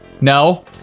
No